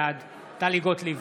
בעד טלי גוטליב,